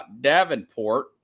Davenport